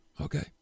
Okay